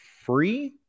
free